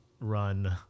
run